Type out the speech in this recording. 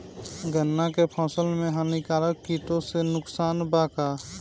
गन्ना के फसल मे हानिकारक किटो से नुकसान बा का?